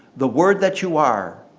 the word that you are,